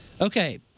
Okay